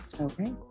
Okay